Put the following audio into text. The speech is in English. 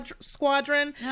Squadron